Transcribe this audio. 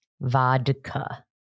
Vodka